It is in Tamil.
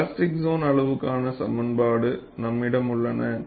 பிளாஸ்டிக் சோன் அளவுக்கான சமன்பாடு நம்மிடம் உள்ளன